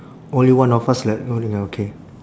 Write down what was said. only one of us like holding ah okay